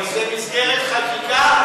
זה במסגרת חקיקה?